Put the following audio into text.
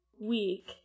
week